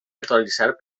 actualitzar